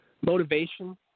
motivation